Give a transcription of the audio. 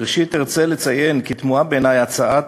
ראשית אני רוצה לציין כי תמוהה בעיני הצעת